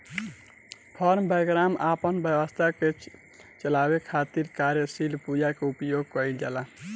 form वैगरह अपना व्यवसाय के चलावे खातिर कार्यशील पूंजी के उपयोग कईल जाला